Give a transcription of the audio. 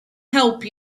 help